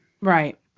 Right